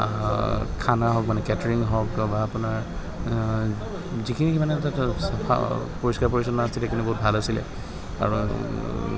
খানা হওক মানে কেটাৰিং হওক বা আপোনাৰ যিখিনি মানে তাতে চাফা পৰিষ্কাৰ পৰিচ্ছন্ন আছিল সেইখিনি বহুত ভাল আছিলে আৰু